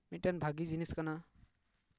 ᱢᱤᱫᱴᱮᱱ ᱵᱷᱟᱹᱜᱤ ᱡᱤᱱᱤᱥ ᱠᱟᱱᱟ